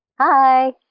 Hi